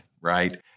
right